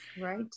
Right